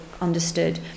understood